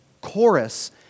chorus